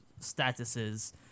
statuses